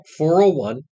401